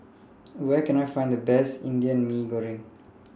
Where Can I Find The Best Indian Mee Goreng